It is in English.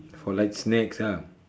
for light snacks ah